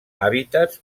hàbitats